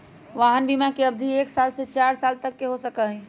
वाहन बिमा के अवधि एक साल से चार साल तक के हो सका हई